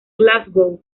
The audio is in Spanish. glasgow